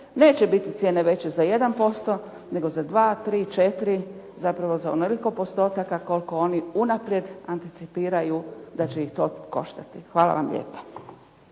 Neće biti cijene veće za 1%, nego za 2, 3, 4, zapravo za onoliko postotaka koliko oni unaprijed anticipiraju da će ih to koštati. Hvala vam lijepa.